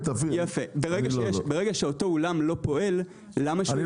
ברגע שאותו אולם לא פועל, למה שהוא ישלם?